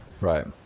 right